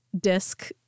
disc